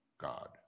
God